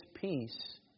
peace